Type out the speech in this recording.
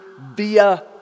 via